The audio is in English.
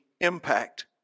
impact